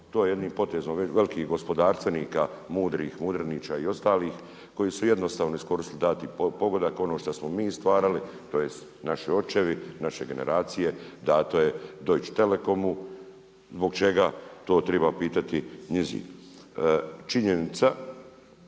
to je jednim potezom, velikih gospodarstvenika mudrih Mudrinića i ostalih koji su jednostavno iskoristili dati pogodak, ono šta smo mi stvarali, tj. naši očevi, naše generacije dano je Deutche Telecomu. Zbog čega, to treba pitati njih. Činjenica